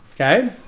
okay